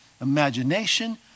imagination